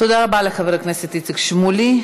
תודה רבה לחבר הכנסת איציק שמולי.